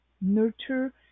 Nurture